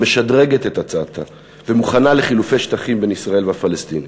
משדרגת את הצעתה ומוכנה לחילופי שטחים בין ישראל והפלסטינים.